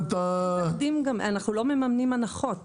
אנחנו לא מממנים הנחות.